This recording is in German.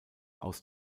aus